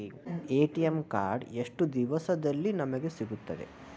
ATM card ಎಷ್ಟು ದಿವಸದಲ್ಲಿ ನಮಗೆ ಸಿಗುತ್ತದೆ?